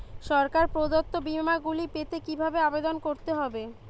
সরকার প্রদত্ত বিমা গুলি পেতে কিভাবে আবেদন করতে হবে?